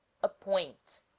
appoint